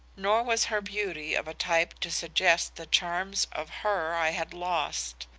nor was her beauty of a type to suggest the charms of her i had lost.